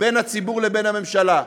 בין הציבור לבין הממשלה,